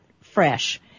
fresh